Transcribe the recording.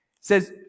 says